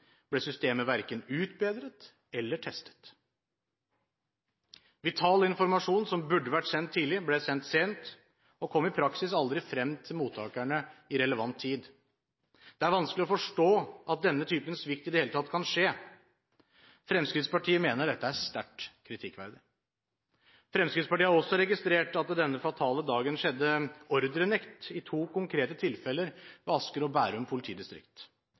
ble systemet verken utbedret eller testet. Vital informasjon som burde vært sendt tidlig, ble sendt sent og kom i praksis aldri frem til mottakerne i relevant tid. Det er vanskelig å forstå at denne typen svikt i det hele tatt kan skje. Fremskrittspartiet mener dette er sterkt kritikkverdig. Fremskrittspartiet har også registrert at det denne fatale dagen skjedde ordrenekt i to konkrete tilfeller ved Asker og Bærum politidistrikt.